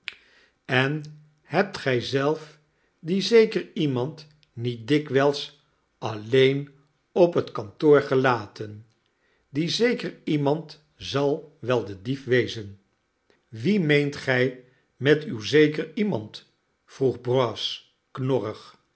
en hebt gij zelf dien zeker iemand niet dikwijls alleen op het kantoor gelaten die zeker iemand zal wel de dief wezen wie meent gij met uw zeker iemand vroeg brass knorrig